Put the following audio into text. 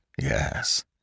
Yes